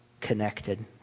connected